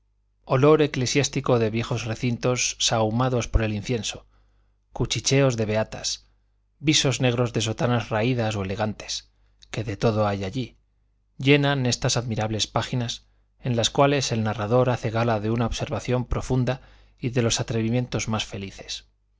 olor eclesiástico de viejos recintos sahumados por el incienso cuchicheos de beatas visos negros de sotanas raídas o elegantes que de todo hay allí llenan estas admirables páginas en las cuales el narrador hace gala de una observación profunda y de los atrevimientos más felices